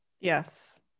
Yes